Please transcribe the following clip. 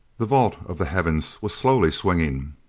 the vault of the heavens was slowly swinging.